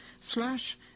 slash